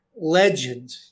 Legend